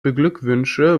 beglückwünsche